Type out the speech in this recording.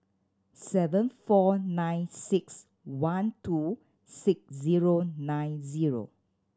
seven four nine six one two six zero nine zero